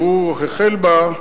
שהוא החל בה,